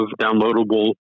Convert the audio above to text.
downloadable